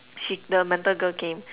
she the mental girl came